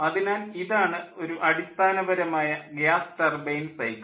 അതിനാൽ ഇതാണ് ഒരു അടിസ്ഥാനപരമായ ഗ്യാസ് ടർബൈൻ സൈക്കിൾ